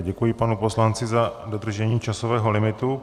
Děkuji panu poslanci za dodržení časového limitu.